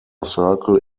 circle